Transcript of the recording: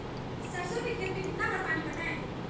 सरसों के खेत मे कितना बार पानी पटाये?